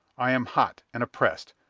i am hot, and oppressed.